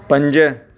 पंज